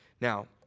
now